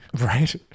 Right